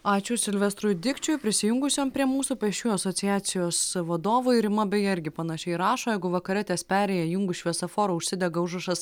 ačiū silvestrui dikčiui prisijungusiam prie mūsų pėsčiųjų asociacijos vadovui rima beje irgi panašiai rašo jeigu vakare ties perėja įjungus šviesoforą užsidega užrašas